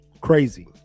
Crazy